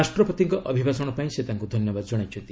ରାଷ୍ଟ୍ରପତିଙ୍କ ଅଭିଭାଷଣ ପାଇଁ ସେ ତାଙ୍କୁ ଧନ୍ୟବାଦ ଜଣାଇଛନ୍ତି